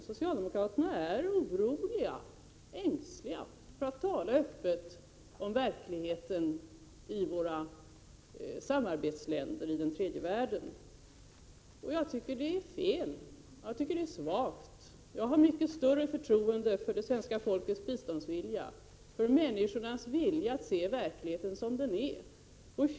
Socialdemokraterna är ängsliga för att tala öppet om verkligheten i våra samarbetsländer i den tredje världen. Jag tycker att det är svagt. Jag har mycket större förtroende för det svenska folkets biståndsvilja, för människornas vilja att se verkligheten som den är.